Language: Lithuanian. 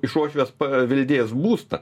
iš uošvės pa veldėjęs būstą